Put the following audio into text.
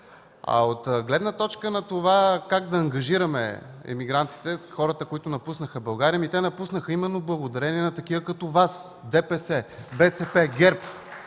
От гледна точка на това как да ангажираме емигрантите – хората, които напуснаха България, те напуснаха именно благодарение на такива като Вас – ДПС, БСП, ГЕРБ.